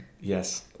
Yes